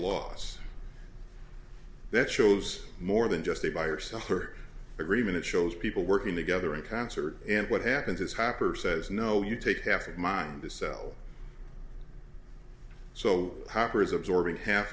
loss that shows more than just a buyer seller agreement it shows people working together in concert and what happens is hopper says no you take half of mine to sell so hopper is absorbing half